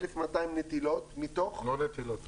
1,200 נטילות מתוך --- לא נטילות.